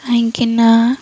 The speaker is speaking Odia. କାହିଁକି ନା